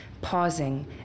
pausing